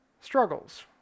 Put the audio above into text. struggles